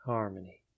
Harmony